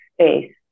space